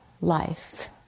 life